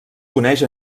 coneix